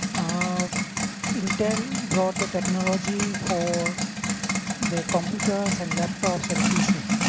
um intel brought the technology for the computers and laptops and pc.